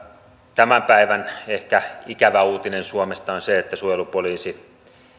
tämän päivän ehkä ikävä uutinen suomesta on se että suojelupoliisi